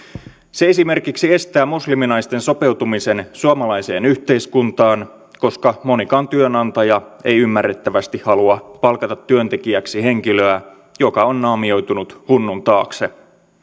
se esimerkiksi estää musliminaisten sopeutumisen suomalaiseen yhteiskuntaan koska monikaan työnantaja ei ymmärrettävästi halua palkata työntekijäksi henkilöä joka on naamioitunut hunnun taakse